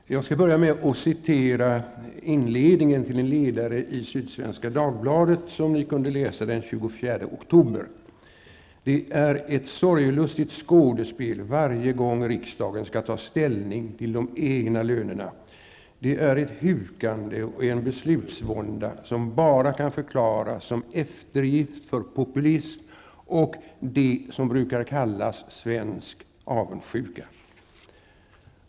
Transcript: Herr talman! Jag skall börja med att citera inledningen till en ledare i Sydsvenska Dagbladet, som vi kunde läsa den 24 oktober: ''Det är ett sorglustigt skådespel varje gång riksdagen skall ta ställning till de egna lönerna. Det är ett hukande och en beslutsvånda som bara kan förklaras som eftergift för populism och det som brukar kallas svensk avundsjuka.''